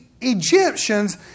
Egyptians